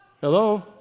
Hello